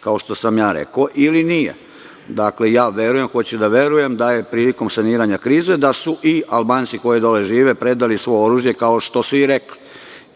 kao što sam ja rekao, ili nije. Ja hoću da verujem da su prilikom saniranja krize i Albanci koji dole žive predali svo oružje, kao što su i rekli.